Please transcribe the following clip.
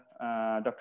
Dr